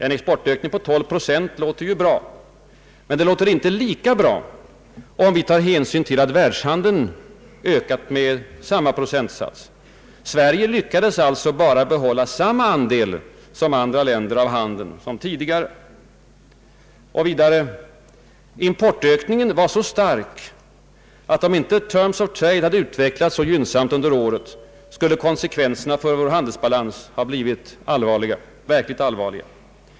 En exportökning på 12 procent låter ju bra, men det låter inte lika bra, om vi tar hänsyn till att världshandeln ökat med samma procentsats. Sverige lyckades alltså bara behålla samma andel som andra länder av handeln. Vidare var importökningen så stark, att om inte terms of trade hade utvecklats så gynnsamt under året skulle konsekvenserna för vår handelsbalans ha blivit verkligt allvarliga.